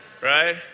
right